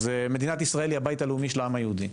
מדינת ישראל היא הבית הלאומי של העם היהודי.